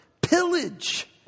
pillage